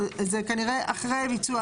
זה כנראה אחרי ביצוע הניתוח.